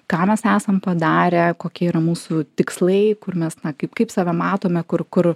ką mes esam padarę kokie yra mūsų tikslai kur mes na kaip kaip save matome kur kur